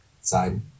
side